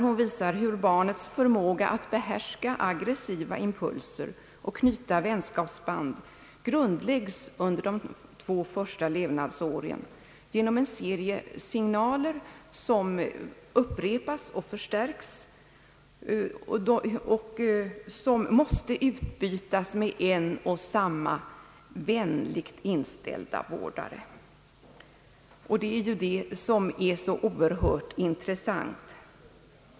Hon visar hur barnets förmåga att behärska aggressiva impulser och knyta vänskapsband grundläggs under de två första levnadsåren genom en serie signaler som upprepas och förstärks, och som måste utbytas med en och samma vänligt inställda vårdare. Det är detta som är så oerhört intressant.